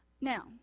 Now